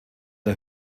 der